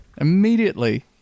immediately